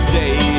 day